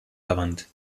verwandt